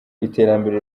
iterambere